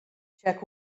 check